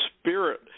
spirit